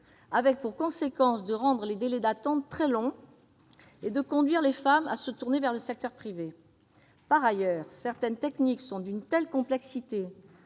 avec pour conséquence de rendre les délais d'attente très longs et de conduire les femmes à se tourner vers le secteur privé. Par ailleurs, certaines techniques sont d'une telle complexité,